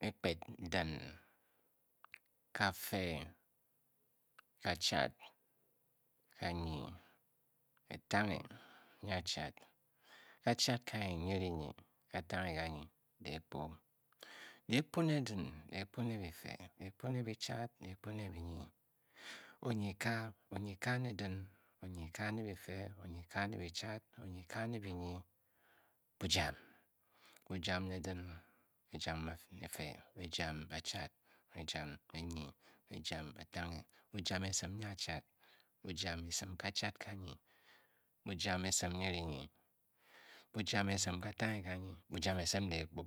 Bi kped fin. kafe. kachad kanyi. katanghe. rayachad kachadKanye. nyiri nyi. katanghekanye dehkpo. dehkpo ne din. dehkpo ne bife. dehkpo ne bichad. deh kpo ne binyi. enyiruca. Onyirika ne din. onyirika ne bife. onyirika ne bichad. onyirika ne binyi. bujam. bujam ne dim. bujam ne bife. bujam ne bachad. Abujam ne binyi. bujam ne bi tanghe. bujam esim nyachad. bujam esim kachad kanyi. bujam esim nyiri nyi. bujam esim katanghe kanyi. bujam esim dehkpo.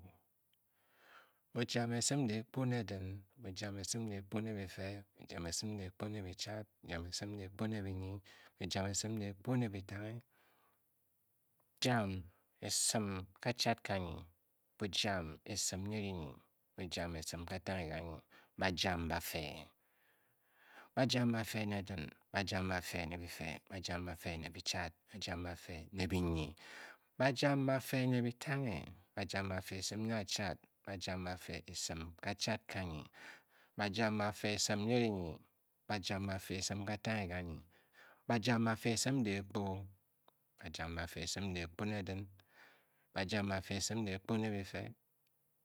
bujam esim dehkpo ne din. bujam esim dehkpo ne bife. Abujam esim dehkpo ne bichad. bujam esim dehkpo ne binyi. bujam esim dehkpo ne bitanghe. bujam esim kachad kanyi. bujam esim nyinyi. bujam esim katanghe kanyi. bajam bafe. bajam bafe ne din. bajam bafe ne bife. bajam bafe ne bichad. bajam bafe ne binyi. bajam bafe ne bitanghe. bajam bafe esim nyachad. bajam bafe esim kachad kanyi. bajam bafe esim nyirinyi. bajam bafe esim katanghe kanyi. bajam bafe esim dehkpo. bajam bafe esim dehkpo ne din. bajam bafe esim dehkpo ne bife.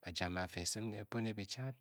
bajam bafe esim dehkpo ne bichad